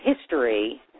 history